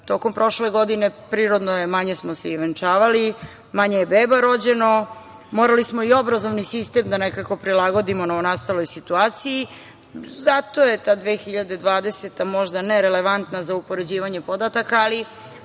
toga. Tokom prošle godine, prirodno je, manje smo se i venčavali, manje je beba rođeno, morali smo i obrazovni sistem da nekako prilagodimo novonastaloj situaciji. Zato je ta 2020. godina, možda, nerelevantna za upoređivanje podataka, ali